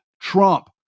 Trump